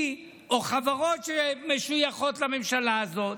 היא או חברות שמשויכות לממשלה הזאת,